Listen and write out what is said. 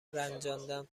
رنجاندن